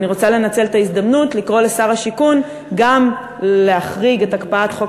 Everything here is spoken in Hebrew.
ואני רוצה לנצל את ההזדמנות לקרוא לשר השיכון גם להחריג את הקפאת חוק